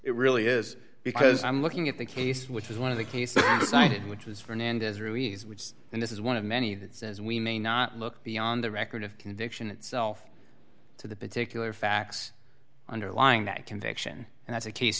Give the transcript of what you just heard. it really is because i'm looking at the case which was one of the cases decided which was fernandez ruiz and this is one of many that says we may not look beyond the record of conviction itself to the particular facts underlying that conviction and that's a case